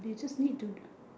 they just need to